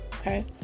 okay